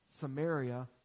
Samaria